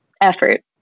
effort